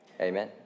amen